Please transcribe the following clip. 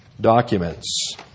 documents